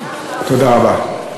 תודה רבה.